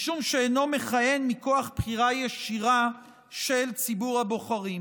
משום שהוא אינו מכהן מכוח בחירה ישירה של ציבור הבוחרים.